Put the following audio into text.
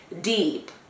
deep